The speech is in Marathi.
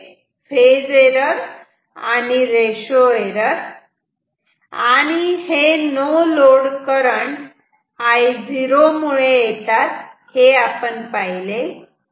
नंबर एक फेज एरर रेशो एरर आणि हे नो लोड करंट I0 मुळे येतात हे पाहिले